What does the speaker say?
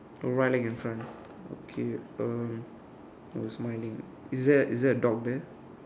oh right leg in front okay um oh smiling is there is there a dog there